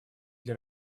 для